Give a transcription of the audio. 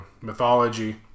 mythology